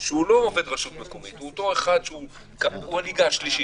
שהוא לא עובד רשות מקומית, הוא הליגה השלישית.